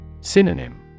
Synonym